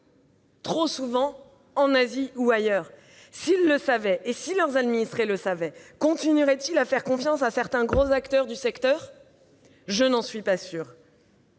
trop souvent, en Asie ou ailleurs ? S'ils le savaient, si leurs administrés le savaient, continueraient-ils à faire confiance à certains gros acteurs du secteur ? Je n'en suis pas sûre